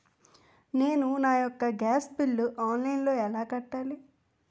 నేను నా యెక్క గ్యాస్ బిల్లు ఆన్లైన్లో ఎలా కట్టాలి?